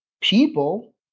people